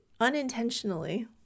unintentionally